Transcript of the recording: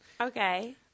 Okay